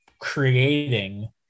creating